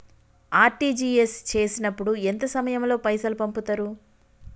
RTGS చేసినప్పుడు ఎంత సమయం లో పైసలు పంపుతరు?